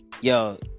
Yo